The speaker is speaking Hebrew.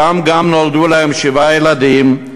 שם גם נולדו להם שבעה ילדים.